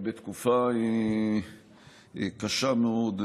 בתקופה קשה מאוד,